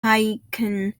heineken